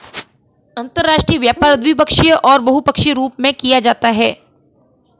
अंतर्राष्ट्रीय व्यापार द्विपक्षीय और बहुपक्षीय रूप में किया जाता है